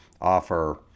offer